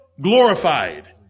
glorified